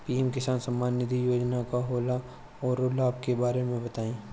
PM Kisan Samman Nidhi Yojana का होला औरो लाभ के बारे में बताई?